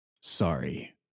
Sorry